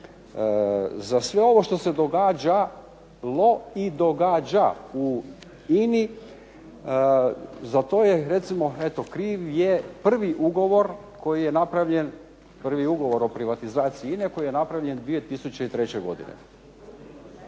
za sve ovo što se događalo i događa u INA-i za to je recimo eto kriv je prvi ugovor o privatizaciji INA-e koji je napravljen 2003. godine.